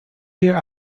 here